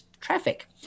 traffic